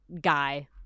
guy